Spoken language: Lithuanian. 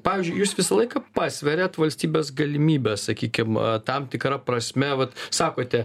pavyzdžiui jūs visą laiką pasveriat valstybės galimybes sakykim tam tikra prasme vat sakote